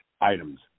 items